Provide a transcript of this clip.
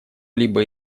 либо